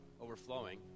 overflowing